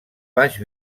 baix